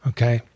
Okay